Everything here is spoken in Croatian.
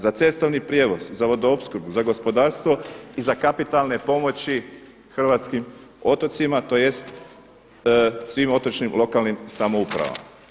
Za cestovni prijevoz, za vodoopskrbu, za gospodarstvo i za kapitalne pomoći hrvatskim otocima tj. svima otočnim lokalnim samoupravama.